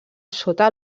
sota